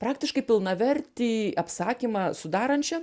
praktiškai pilnavertį apsakymą sudarančia